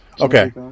Okay